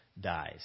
dies